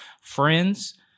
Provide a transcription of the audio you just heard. Friends